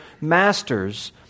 masters